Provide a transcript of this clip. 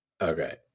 Okay